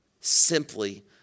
simply